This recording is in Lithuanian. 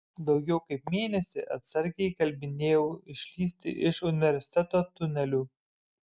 daugiau kaip mėnesį atsargiai įkalbinėjau išlįsti iš universiteto tunelių